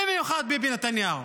במיוחד ביבי נתניהו.